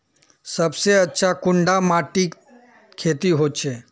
सबसे अच्छा कुंडा माटित खेती होचे?